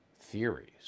theories